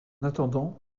attendant